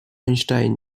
einstein